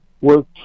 work